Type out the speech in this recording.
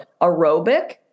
aerobic